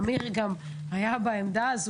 אמיר היה בעמדה הזו,